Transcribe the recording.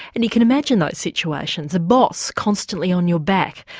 and you can imagine those situations, a boss constantly on your back,